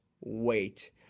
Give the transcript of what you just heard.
Wait